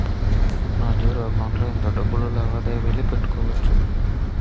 నా zero account లో ఎంత డబ్బులు లావాదేవీలు పెట్టుకోవచ్చు?